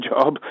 job